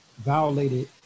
violated